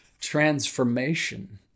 transformation